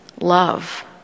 love